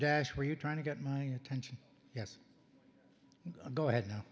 dash were you trying to get my attention yes go ahead no